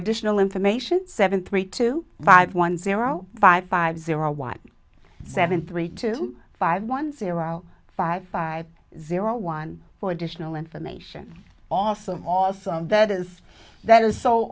additional information seven three two five one zero five five zero one seven three two five one zero five five zero one four additional information awesome awesome that is that is so